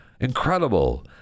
Incredible